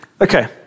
okay